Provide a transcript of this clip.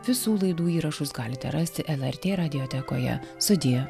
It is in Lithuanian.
visų laidų įrašus galite rasti lrt radiotekoje sudie